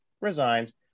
resigns